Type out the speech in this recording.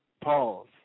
Pause